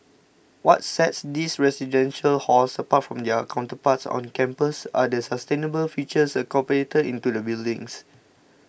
what sets these residential halls apart from their counterparts on campus are the sustainable features incorporated into the buildings